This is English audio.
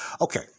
Okay